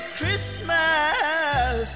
Christmas